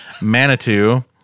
Manitou